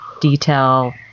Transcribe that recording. detail